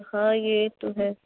ہاں یہ تو ہے